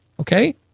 okay